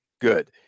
Good